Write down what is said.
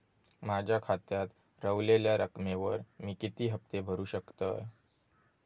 माझ्या खात्यात रव्हलेल्या रकमेवर मी किती हफ्ते भरू शकतय?